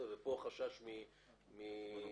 פה החשש הוא ממונופול.